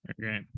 Okay